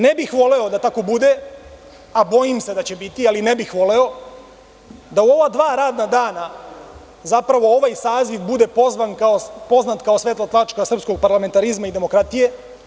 Ne bih voleo da tako bude, a bojim se da će biti, ali ne bih voleo, da u ova dva radna dana zapravo ovaj saziv bude poznat kao svetla tačka srpskog parlamentarizma i demokratije.